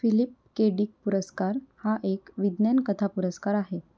Philip K Dick पुरस्कार हा एक विज्ञान कथा पुरस्कार आहे